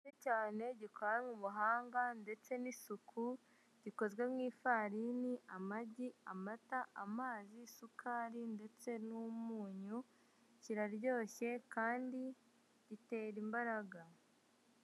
Cyane gikoranywe ubuhanga ndetse n'isuku, gikozwe mu ifarini, amata, amazi, isukari ndetse n'umunyu, kiraryoshye kandi gitera imbaraga.